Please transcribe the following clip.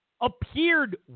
appeared